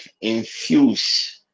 infuse